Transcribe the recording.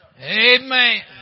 Amen